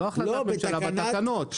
לא החלטת ממשלה, בתקנות.